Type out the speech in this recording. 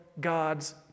God's